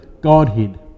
Godhead